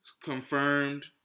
confirmed